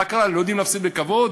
מה קרה, לא יודעים להפסיד בכבוד?